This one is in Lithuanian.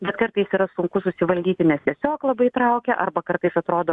bet kartais yra sunku susivaldyti nes tiesiog labai traukia arba kartais atrodo